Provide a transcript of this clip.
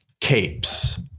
capes